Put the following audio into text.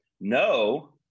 No